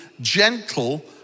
gentle